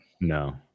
No